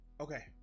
Okay